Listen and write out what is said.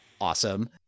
Awesome